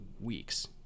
weeks